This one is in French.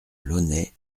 launay